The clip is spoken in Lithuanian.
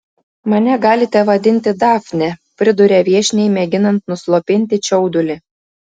mane galite vadinti dafne priduria viešniai mėginant nuslopinti čiaudulį